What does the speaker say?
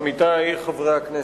עמיתי חברי הכנסת,